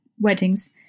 weddings